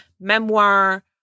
memoir